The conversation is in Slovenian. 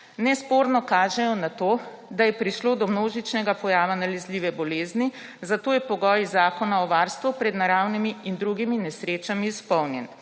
nesporno kažejo na to, da je prišlo do množičnega pojava nalezljive bolezni, zato je pogoj Zakona o varstvu pred naravnimi in drugimi nesrečami izpolnjen.